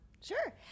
Sure